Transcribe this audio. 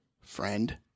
friend